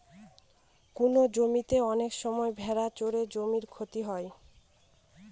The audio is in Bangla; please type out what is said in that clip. কোনো জমিতে অনেক সময় ভেড়া চড়ে জমির ক্ষতি হয়